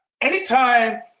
anytime